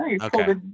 okay